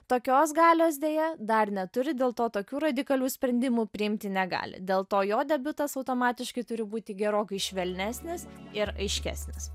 tokios galios deja dar neturi dėl to tokių radikalių sprendimų priimti negali dėl to jo debiutas automatiškai turi būti gerokai švelnesnis ir aiškesnis